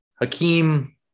Hakeem